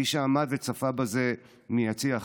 מי שעמד וצפה בזה מיציע אחר,